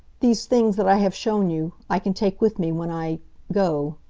these things that i have shown you, i can take with me when i go.